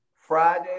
Friday